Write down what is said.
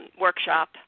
workshop